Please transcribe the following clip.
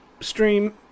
stream